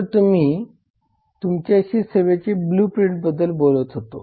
तर मी तुमच्याशी सेवेच्या ब्लूप्रिंटबद्दल बोलत होतो